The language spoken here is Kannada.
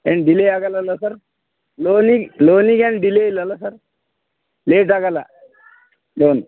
ಏನು ಡಿಲೇ ಆಗಲ್ಲ ಅಲ್ಲಾ ಸರ್ ಲೊಲಿ ಲೊನಿಗೇನು ಡಿಲೇ ಇಲ್ಲ ಅಲ್ಲಾ ಸರ್ ಲೇಟ್ ಆಗೊಲ್ಲ ಲೋನ್